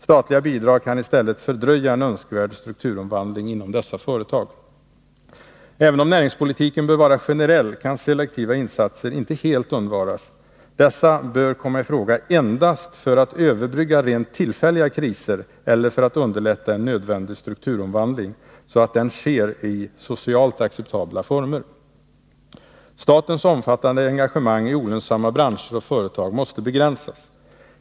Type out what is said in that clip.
Statliga bidrag kan i stället fördröja en önskvärd strukturomvandling inom dessa företag. Även om näringspolitiken bör vara generell, kan selektiva insatser inte helt undvaras. Dessa bör komma i fråga endast för att överbrygga rent tillfälliga kriser eller för att underlätta en nödvändig strukturomvandling, så att den sker i socialt acceptabla former. Statens omfattande engagemang i olönsamma branscher och företag måste begränsas.